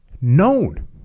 known